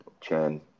Chen